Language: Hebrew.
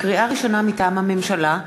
לקריאה ראשונה, מטעם הממשלה: